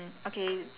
ya